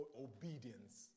obedience